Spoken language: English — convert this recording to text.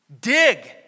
Dig